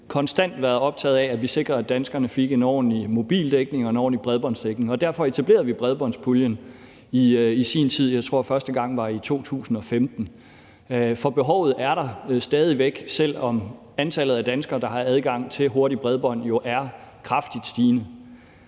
har jeg konstant været optaget af, at vi sikrede, at danskerne fik en ordentlig mobildækning og en ordentlig bredbåndsdækning, og derfor etablerede vi bredbåndspuljen i sin tid – jeg tror, at første gang var i 2015. Og behovet er der stadig væk, selv om antallet af danskere, der har adgang til hurtigt bredbånd, jo er kraftigt stigende.